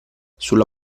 sulla